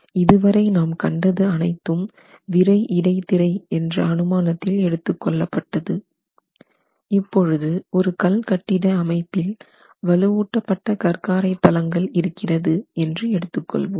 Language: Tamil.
இதுவரை நாம் கண்டது அனைத்தும் விறை இடைத்திரை என்ற அனுமானத்தில் எடுத்துக்கொள்ளப்பட்டது இப்பொழுது ஒரு கல் கட்டிட அமைப்பில் வலுவூட்ட பட்ட கற்காரை தளங்கள் இருக்கிறது என்று எடுத்துக் கொள்வோம்